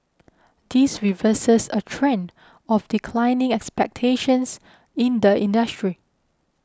this reverses a trend of declining expectations in the industry